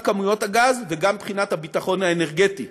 כמויות הגז וגם מבחינת הביטחון האנרגטי,